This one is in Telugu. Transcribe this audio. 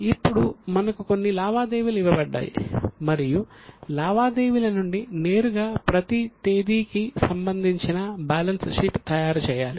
ఇప్పుడు మనకు కొన్ని లావాదేవీలు ఇవ్వబడ్డాయి మరియు లావాదేవీల నుండి నేరుగా ప్రతి తేదీకి సంబంధించిన బ్యాలెన్స్ షీట్ తయారు చేయాలి